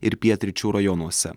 ir pietryčių rajonuose